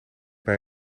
bij